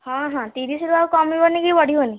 ହଁ ହଁ ତିରିଶିରୁ ଆଉ କମିବନି କି ବଢ଼ିବନି